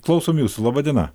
klausom jūsų laba diena